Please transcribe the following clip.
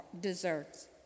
desserts